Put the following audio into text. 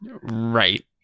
Right